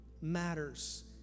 matters